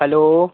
hello